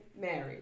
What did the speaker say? married